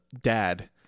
dad